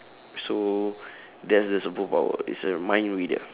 so that's the superpower is a mind reader